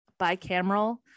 bicameral